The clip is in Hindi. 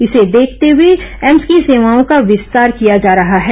इसे देखते हए एम्स की सेवाओं का विस्तार किया जा रहा है